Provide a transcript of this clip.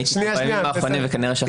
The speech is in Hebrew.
אני הייתי בימים האחרונים וכנראה שכחתי.